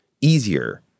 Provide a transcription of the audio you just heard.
easier